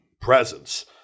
presence